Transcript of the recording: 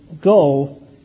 Go